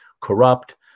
corrupt